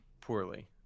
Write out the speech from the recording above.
poorly